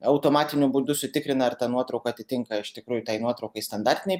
automatiniu būdu sutikrina ar ta nuotrauka atitinka iš tikrųjų tai nuotraukai standartiniai